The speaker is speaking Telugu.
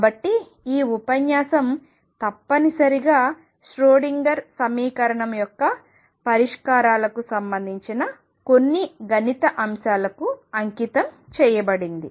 కాబట్టి ఈ ఉపన్యాసం తప్పనిసరిగా ష్రోడింగర్ సమీకరణం యొక్క పరిష్కారాలకు సంబంధించిన కొన్ని గణిత అంశాలకు అంకితం చేయబడింది